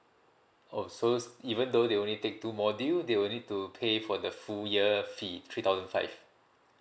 oh so even though they only take two module they will need to pay for the full year fee three thousand five